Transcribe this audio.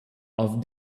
off